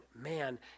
man